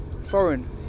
foreign